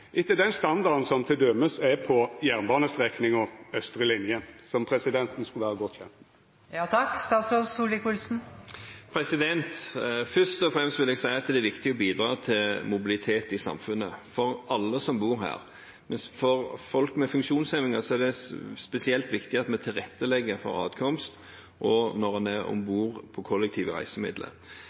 etter den standarden som til dømes er på jernbanestrekninga 'Østre linje'?» Først og fremst vil jeg si at det er viktig å bidra til mobilitet i samfunnet, for alle som bor her. For folk med funksjonshemninger er det spesielt viktig at vi tilrettelegger for atkomst og for når en er om bord på kollektive reisemidler.